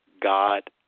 God